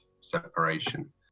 separation